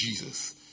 Jesus